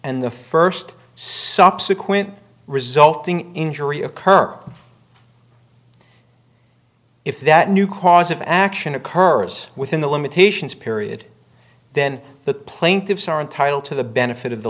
and the first subsequent resulting injury occur if that new cause of action occurs within the limitations period then the plaintiffs are entitled to the benefit of the